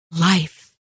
life